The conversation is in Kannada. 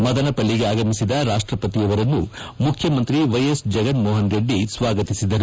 ಮದನಪಲ್ಲಿಗೆ ಆಗಮಿಸಿದ ರಾಷ್ಟಪತಿಯವರನ್ನು ಮುಖ್ಯಮಂತ್ರಿ ವೈ ಎಸ್ ಜಗನ್ಮೋಹನ್ ರೆಡ್ಡಿ ಸ್ವಾಗತಿಸಿದರು